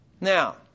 Now